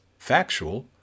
factual